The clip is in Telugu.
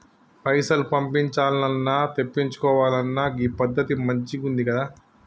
పైసలు పంపించాల్నన్నా, తెప్పిచ్చుకోవాలన్నా గీ పద్దతి మంచిగుందికదా